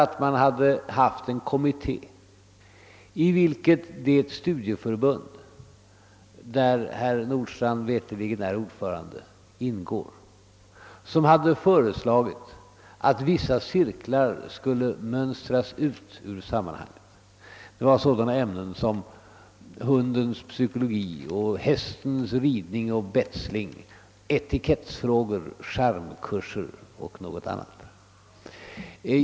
Jo, därför att en kommitté — där det studieförbund vari herr Nordstrandh veterligen är ordförande ingår — hade föreslagit att vissa cirklar skulle mönstras ut ur sammanhanget. Det gällde sådana cirklar som Hundens psykologi, Hästens ridning och betsling, Etikettsfrågor samt vissa charmkurser och liknande.